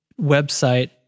website